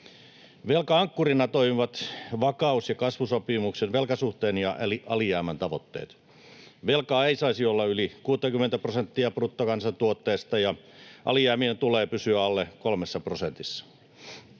Velka-ankkurina toimivat vakaus- ja kasvusopimuksen velkasuhteen ja alijäämän tavoitteet. Velkaa ei saisi olla yli 60 prosenttia bruttokansantuotteesta, ja alijäämien tulee pysyä alle kolmessa prosentissa.